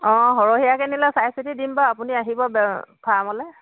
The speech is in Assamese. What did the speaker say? অঁ সৰহীয়াকৈ নিলে চাই চিতি দিম বাও আপুনি আহিব ফাৰ্মলৈ